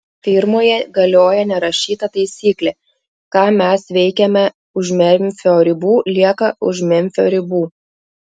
firmoje galioja nerašyta taisyklė ką mes veikiame už memfio ribų lieka už memfio ribų